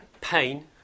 pain